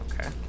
Okay